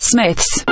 Smith's